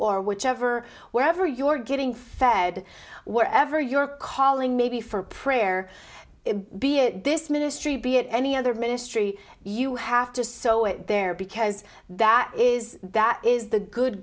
or whichever wherever you're getting fed whatever your calling may be for prayer be it this ministry be it any other ministry you have to so it there because that is that is the good